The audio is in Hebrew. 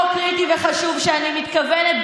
חוק קריטי וחשוב שאני מתכוונת,